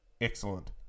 excellent